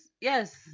yes